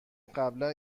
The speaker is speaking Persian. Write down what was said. قبلا